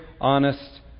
honest